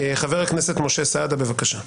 חבר הכנסת משה סעדה, בבקשה.